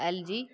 LG